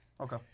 Okay